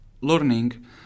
learning